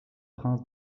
prince